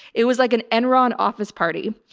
it was like an enron office party.